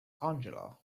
angela